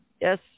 Yes